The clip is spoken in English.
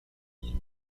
blue